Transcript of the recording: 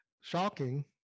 shocking